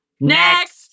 Next